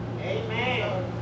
Amen